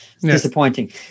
Disappointing